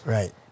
Right